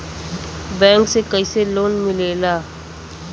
Bank से कइसे loan मिलेला?